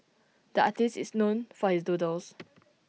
the artist is known for his doodles